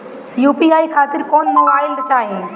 UPI खातिर कौन mobile चाहीं?